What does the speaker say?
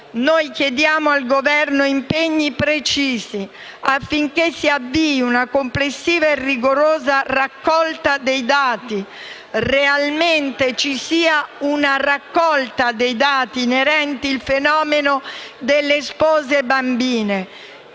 chiediamo al Governo impegni precisi affinché si avvii una complessiva e rigorosa raccolta dei dati (e ci sia realmente una raccolta dei dati inerenti al fenomeno delle spose bambine)